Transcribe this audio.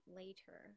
later